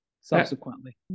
subsequently